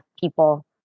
people